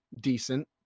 decent